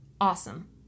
Awesome